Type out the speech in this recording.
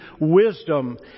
wisdom